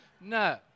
no